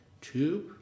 tube